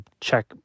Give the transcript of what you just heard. check